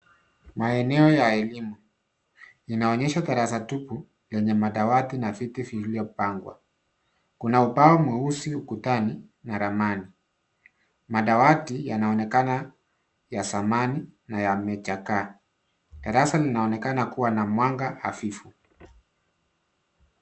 Maeneo ya elimu. Inaonyesha darasa tupu yenye madawati na viti viliopangwa. Kuna ubao mweusi ukutani na ramani. Madawati yanaonekana kuwa ya samani na yamechakaa. Darasa linaonekana kuwa na mwanga hafifu.